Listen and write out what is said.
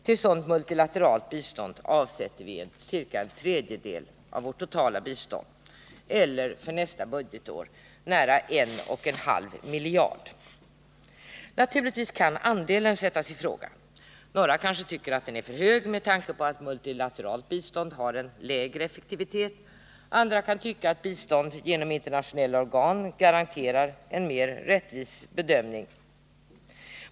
Till sådant multilateralt bistånd avsätter vi ca en tredjedel av vårt totala bistånd, eller för nästa budgetår nära en och en halv miljard. Naturligtvis kan andelen sättas i fråga. Några kanske tycker den är för hög, med tanke på att multilateralt bistånd har en lägre effektivitet. Andra kan tycka att bistånd genom internationella organ garanterar en mer rättvis bedömning.